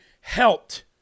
helped